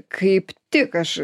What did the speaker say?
kaip tik aš